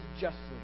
justly